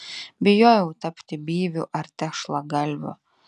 bijojau tapti byviu ar tešlagalviu